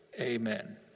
amen